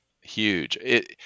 huge